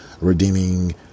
redeeming